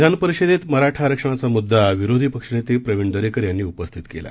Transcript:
विधानपरिषदेत मराठा आरक्षणाचा मुद्दा विरोधी पक्षनेते प्रवीण दरेकर यांनी उपस्थित केला